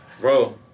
Bro